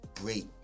great